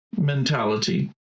mentality